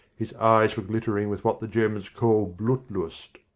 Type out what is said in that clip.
his eyes were glittering with what the germans call blutlust.